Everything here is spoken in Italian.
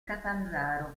catanzaro